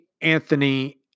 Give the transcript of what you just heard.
Anthony